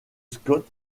scott